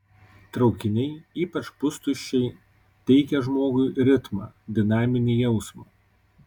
traukiniai ypač pustuščiai teikia žmogui ritmą dinaminį jausmą